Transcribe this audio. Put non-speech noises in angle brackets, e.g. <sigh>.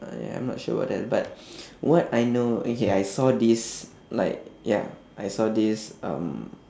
uh ya I'm not sure about that but <breath> what I know okay I saw this like ya I saw this um